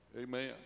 Amen